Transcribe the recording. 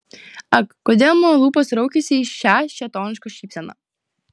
ak kodėl mano lūpos raukiasi į šią šėtonišką šypseną